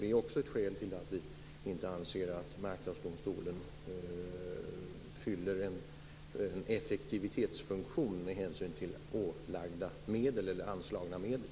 Det är också ett skäl till att vi inte anser att Marknadsdomstolen fyller en effektivitetsfunktion med hänsyn till anslagna medel.